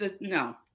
No